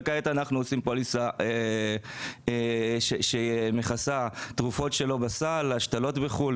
וכעת אנחנו עושים פוליסה שמכסה תרופות שלא בסל: השתלות בחו"ל,